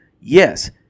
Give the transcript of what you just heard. yes –